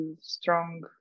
strong